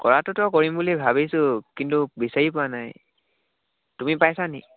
কৰাটোতো কৰিম বুলি ভাবিছোঁ কিন্তু বিচাৰি পোৱা নাই তুমি পাইছা নেকি